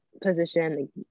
Position